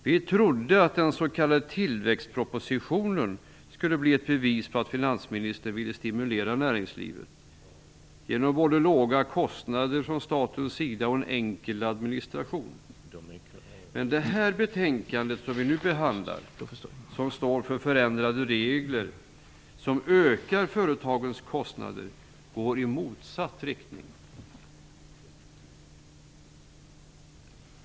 Vi trodde att den s.k. tillväxtpropositionen skulle bli ett bevis på att finansministern ville stimulera näringslivet genom både låga kostnader från statens sida och en enkel administration, men detta betänkande som vi nu behandlar och som står för förändrade regler som ökar företagens kostnader går i motsatt riktning.